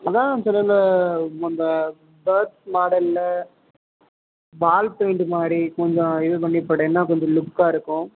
அதான் சிலதில் அந்த பேர்ட்ஸ் மாடலில் வாள் பெயிண்ட்டு மாதிரி கொஞ்சம் இது பண்ணி போட்டீங்கன்னா கொஞ்சம் லுக்காக இருக்கும்